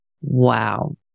Wow